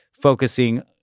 focusing